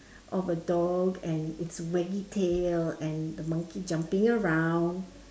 of a dog and its waggy tail and the monkey jumping around